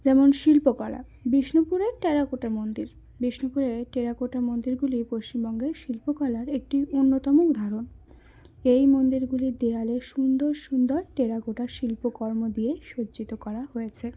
যেমন শিল্পকলা বিষ্ণুপুরের টেরাকোটা মন্দির বিষ্ণুপুরে টেরাকোটা মন্দিরগুলি পশ্চিমবঙ্গের শিল্পকলার একটি অন্যতম উদাহরণ এই মন্দিরগুলির দেওয়ালে সুন্দর সুন্দর টেরাকোটা শিল্পকর্ম দিয়ে সজ্জিত করা হয়েছে